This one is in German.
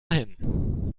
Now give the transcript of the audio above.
hin